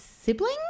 sibling